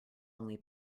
only